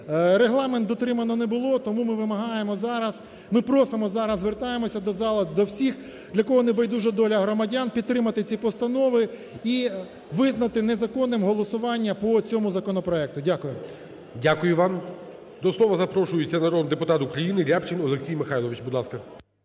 Регламент дотримано не було, тому ми вимагаємо зараз… ми просимо зараз, звертаємося до зали, до всіх для кого не байдужа доля громадян підтримати ці постанови і визнати незаконним голосування по цьому законопроекту. Дякую. ГОЛОВУЮЧИЙ. Дякую вам. До слова запрошується народний депутат України Рябчин Олексій Михайлович,